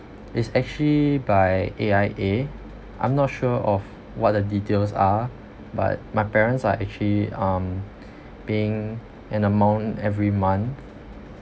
is actually by A_I_A i'm not sure of what the details are but my parents are actually um paying an amount every month